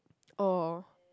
oh